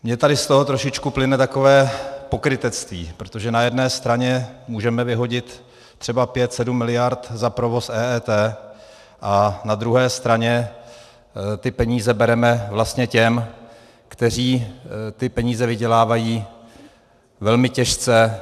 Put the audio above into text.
Mně tady z toho trošičku plyne takové pokrytectví, protože na jedné straně můžeme vyhodit třeba pět sedm miliard za provoz EET a na druhé straně peníze bereme vlastně těm, kteří je vydělávají velmi těžce.